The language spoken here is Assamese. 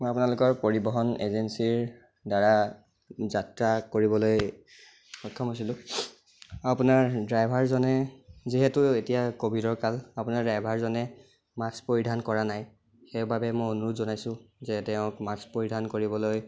আপোনালোকৰ পৰিবহণ এজেঞ্চীৰদ্বাৰা যাত্ৰা কৰিবলৈ সক্ষম হৈছিলোঁ আৰু আপোনাৰ ড্ৰাইভাৰজনে যিহেতু এতিয়া কভিডৰ কাল আপোনাৰ ড্ৰাইভাৰজনে মাক্স পৰিধান কৰা নাই সেইবাবে মই অনুৰোধ জনাইছো যে তেওঁক মাক্স পৰিধান কৰিবলৈ